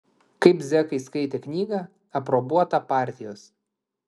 kaip zekai skaitė knygą aprobuotą partijos